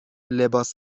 لباس